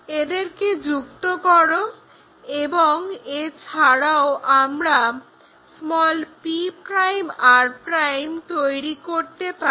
এদেরকে যুক্ত করো এবং এছাড়াও আমরা p'r' তৈরি করতে পারি